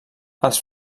els